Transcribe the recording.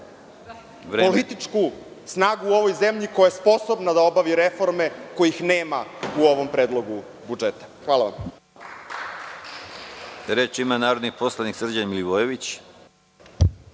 političku snagu u ovoj zemlji koja je sposobna da obavi reforme kojih nema u ovom predlogu budžeta. Hvala vam. **Konstantin Arsenović** Reč ima narodni poslanik Srđan Milivojević.